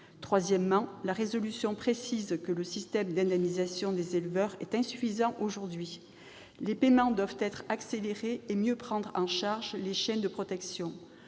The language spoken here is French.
Troisièmement, la résolution précise que le système d'indemnisation des éleveurs est insuffisant aujourd'hui. Les paiements doivent être accélérés et mieux prendre en charge les chiens de protection.